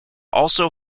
also